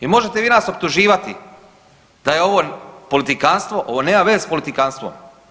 I možete vi nas optuživati da je ovo politikantstvo, ovo nema veze s politikantstvom.